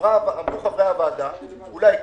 אמרו חברי הוועדה: אולי כן,